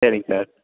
சரிங் சார்